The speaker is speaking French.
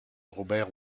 robert